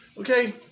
Okay